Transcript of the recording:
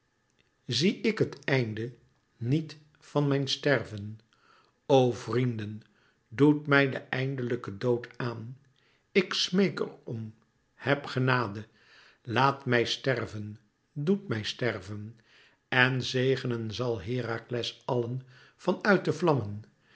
zie ik het èinde niet van mijn sterven o vrienden doet mij den eindelijken dood aan ik smeék er om hebt genade laàt mij sterven doèt mij sterven en zegenen zal herakles allen van uit de vlammen